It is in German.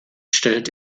stellt